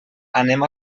anem